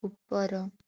ଉପର